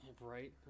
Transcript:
Right